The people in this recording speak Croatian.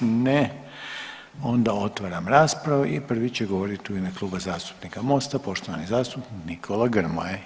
Ne, onda otvaram raspravu i prvi će govoriti u ime Kluba zastupnika Mosta poštovani zastupnik Nikola Grmoja.